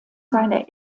seine